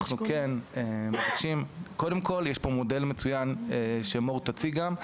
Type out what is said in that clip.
אנחנו מבקשים להגיד שיש כאן מודל מצוין שתכף מור גם תציג אותו,